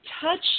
touch